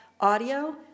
audio